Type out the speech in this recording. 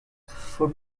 for